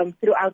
throughout